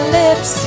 lips